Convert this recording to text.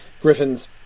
griffins